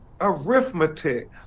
arithmetic